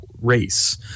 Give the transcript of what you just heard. race